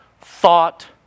thought